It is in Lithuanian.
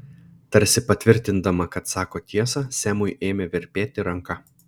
tarsi patvirtindama kad sako tiesą semui ėmė virpėti ranka